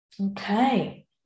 okay